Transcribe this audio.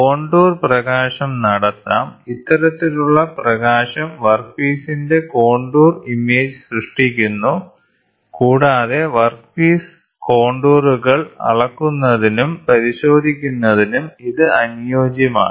contour പ്രകാശം നടത്താം ഇത്തരത്തിലുള്ള പ്രകാശം വർക്ക്പീസിന്റെ കോണ്ടൂർ ഇമേജ് സൃഷ്ടിക്കുന്നു കൂടാതെ വർക്ക്പീസ് കോണ്ടൂറുകൾ അളക്കുന്നതിനും പരിശോധിക്കുന്നതിനും ഇത് അനുയോജ്യമാണ്